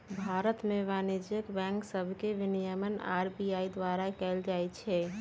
भारत में वाणिज्यिक बैंक सभके विनियमन आर.बी.आई द्वारा कएल जाइ छइ